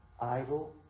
idle